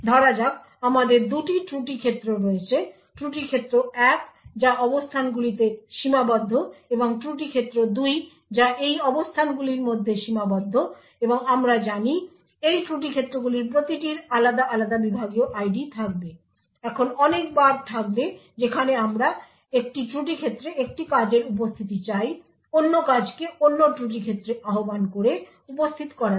ধরা যাক আমাদের দুটি ত্রুটি ক্ষেত্র রয়েছে ত্রুটি ক্ষেত্র 1 যা এই অবস্থানগুলিতে সীমাবদ্ধ এবং ত্রুটি ক্ষেত্র 2 যা এই অবস্থানগুলির মধ্যে সীমাবদ্ধ এবং আমরা জানি এই ত্রুটি ক্ষেত্রগুলির প্রতিটির আলাদা আলাদা বিভাগীয় ID থাকবে এখন অনেকবার থাকবে যেখানে আমরা একটি ত্রুটি ক্ষেত্রে একটি কাজের উপস্থিতি চাই অন্য কাজকে অন্য ত্রুটি ক্ষেত্রে আহ্বান করে উপস্থিত করার জন্য